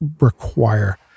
require